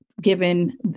given